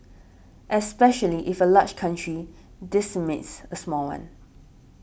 especially if a large country decimates a small one